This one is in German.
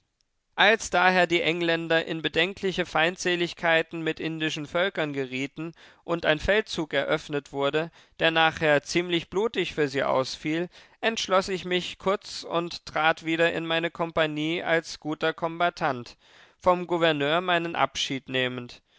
als daher die engländer in bedenkliche feindseligkeiten mit indischen völkern gerieten und ein feldzug eröffnet wurde der nachher ziemlich blutig für sie ausfiel entschloß ich mich kurz und trat wieder in meine kompanie als guter kombattant vom gouverneur meinen abschied nehmend